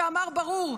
שאמר ברור: